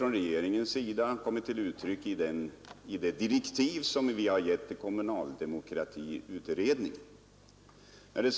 Att regeringen också anser det, kommer till uttryck i de direktiv som vi har givit utredningen om den kommunala demokratin.